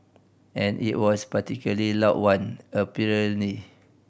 and it was particularly loud one apparently